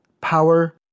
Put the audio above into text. power